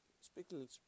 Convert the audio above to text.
speaking